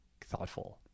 thoughtful